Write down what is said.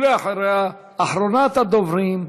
ואחריה, אחרונת הדוברים,